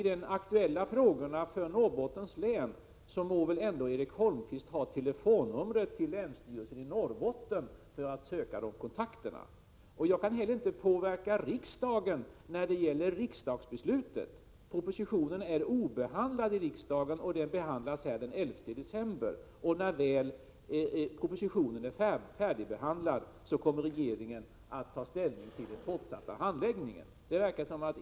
När det gäller de frågor som är aktuella för Norrbottens län må väl ändå Erik Holmkvist ha telefonnumret till länsstyrelsen i Norrbotten, så att han kan få de kontakter som han söker. Inte heller kan jag påverka riksdagen när det gäller riksdagsbeslutet. Propositionen är ännu inte behandlad i riksdagen. Den kommer att behandlas den 11 december. När propositionen väl är färdigbehandlad kommer regeringen att ta ställning beträffande den fortsatta handläggningen.